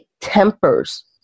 tempers